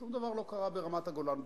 שום דבר לא קרה ברמת-הגולן בינתיים.